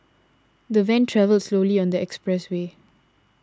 the van travelled slowly on the expressway